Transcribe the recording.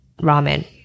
ramen